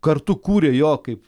kartu kūrė jo kaip